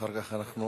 אחר כך אנחנו,